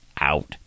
out